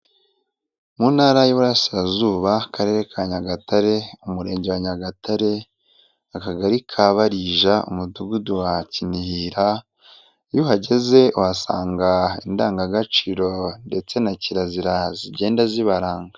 Mu ntara y'iburasirazuba karere ka Nyagatare umurenge wa Nyagatare akagari ka Barija umudugudu wa Kinihira, iyo uhageze uhasanga indangagaciro ndetse na kirazira zigenda zibaranga.